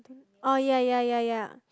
oh ya ya ya ya